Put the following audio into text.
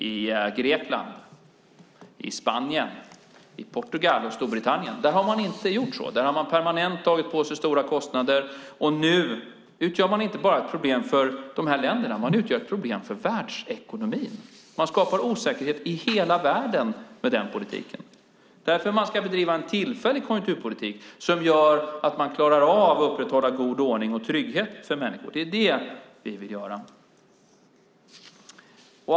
I Grekland, Spanien, Portugal och Storbritannien har man inte gjort så. Där har man permanent tagit på sig stora kostnader, och nu utgör detta inte bara ett problem för de här länderna. Man utgör ett problem för världsekonomin och skapar osäkerhet i hela världen med den politiken. Därför ska man bedriva en tillfällig konjunkturpolitik som gör att man klarar av att upprätthålla god ordning och trygghet för människor. Det är det vi vill göra.